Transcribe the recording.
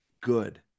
Good